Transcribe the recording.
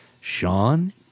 Sean